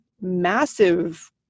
massive